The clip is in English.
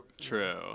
true